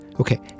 Okay